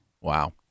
Wow